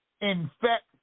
infect